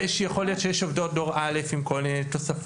יכול להיות שיש עובדות דור א' עם כל מיני תוספות